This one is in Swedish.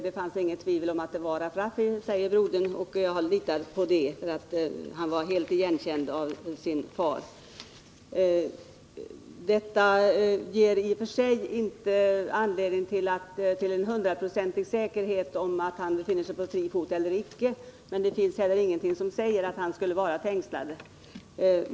Det fanns inget tvivel om att det var Mohamed Rafrafi, säger brodern. Jag litar på det. Mohamed Rafrafi var helt ingenkänd av sin far. Detta ger i och för sig ingen visshet om att Mohamed Rafrafi befinner sig på fri fot. Det finns heller ingenting som säger att han skulle vara fängslad.